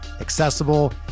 accessible